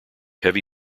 heavy